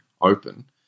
open